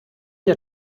der